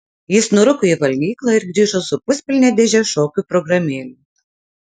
jis nurūko į valgyklą ir grįžo su puspilne dėže šokių programėlių